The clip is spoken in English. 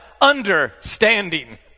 understanding